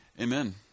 Amen